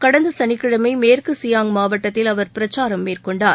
கடந்த சனிக்கிழமை மேற்கு சியாங் மாவட்டத்தில் அவர் பிரச்சாரம் மேற்கொண்டார்